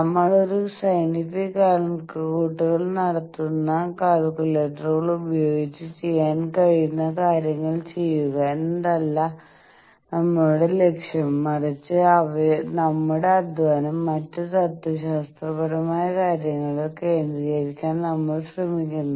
നമ്മൾ ഒരു സയന്റിഫിക് കണക്കുകൂട്ടൽ നടത്തുമ്പോൾ കാൽക്കുലേറ്ററുകൾ ഉപയോഗിച്ച് ചെയ്യാൻ കഴിയുന്ന കാര്യങ്ങൾ ചെയ്യുക എന്നതല്ല നമ്മളുടെ ലക്ഷ്യം മറിച്ച് നമ്മുടെ അധ്വാനം മറ്റ് തത്വശാസ്ത്രപരമായ കാര്യങ്ങളിൽ കേന്ദ്രീകരിക്കാൻ നമ്മൾ ശ്രമിക്കുന്നു